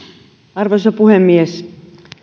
arvoisa puhemies